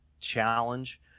challenge